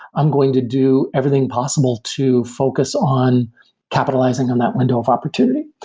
i'm going to do everything possible to focus on capitalizing on that window of opportunity,